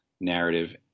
narrative